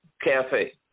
cafe